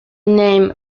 name